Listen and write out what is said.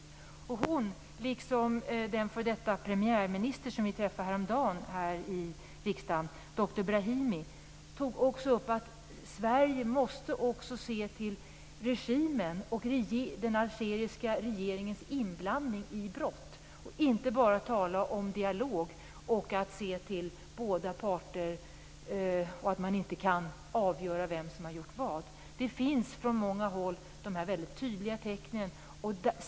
Hon, liksom doktor Brahimi, före detta premiärminister som vi träffade häromdagen, tog upp att Sverige också måste se till regimen och den algeriska regeringens inblandning i brott. Sverige får inte bara tala om dialog, om att se till båda parter och om att man inte kan avgöra vem som har gjort vad. De här väldigt tydliga tecknen finns från många håll.